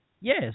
Yes